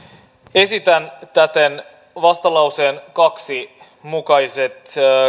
esitän täten vastalauseen kaksi mukaiset